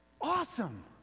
Awesome